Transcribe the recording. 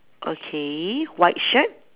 okay white shirt